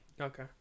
okay